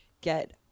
get